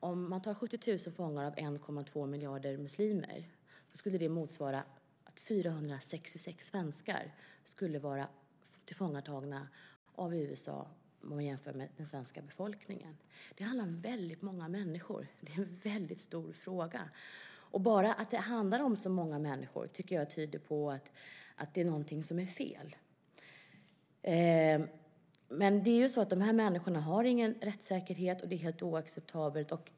Om man tar 70 000 fångar av 1,2 miljarder muslimer skulle det motsvara att 466 svenskar skulle vara tillfångatagna av USA, jämfört med den svenska befolkningen. Det handlar om väldigt många människor. Det är en väldigt stor fråga. Bara att det handlar om så många människor tycker jag tyder på att det är någonting som är fel. Men de här människorna har ingen rättssäkerhet, och det är helt oacceptabelt.